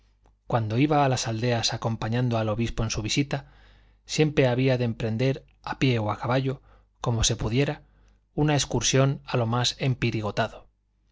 cuando iba a las aldeas acompañando al obispo en su visita siempre había de emprender a pie o a caballo como se pudiera una excursión a lo más empingorotado en